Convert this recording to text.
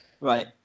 Right